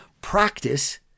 practice